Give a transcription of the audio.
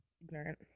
ignorant